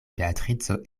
beatrico